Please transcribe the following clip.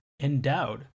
endowed